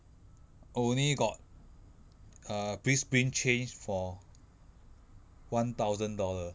only got err please bring change for one thousand dollar